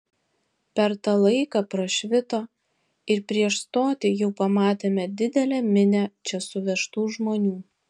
per tą laiką prašvito ir prieš stotį jau pamatėme didelę minią čia suvežtų žmonių